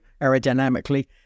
aerodynamically